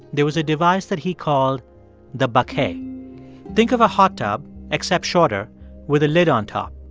there was a device that he called the baquet. think of a hot tub except shorter with a lid on top.